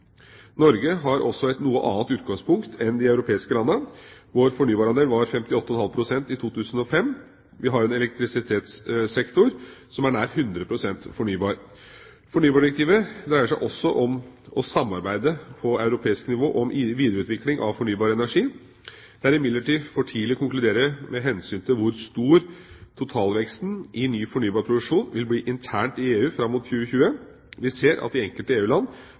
Norge har også et noe annet utgangspunkt enn de europeiske landene. Vår fornybarandel var 58,5 pst. i 2005. Vi har en elektrisitetssektor som er nær 100 pst. fornybar. Fornybardirektivet dreier seg også om å samarbeide på europeisk nivå om videreutvikling av fornybar energi. Det er imidlertid for tidlig å konkludere med hensyn til hvor stor totalveksten i ny fornybar produksjon vil bli internt i EU fram mot 2020. Vi ser at de enkelte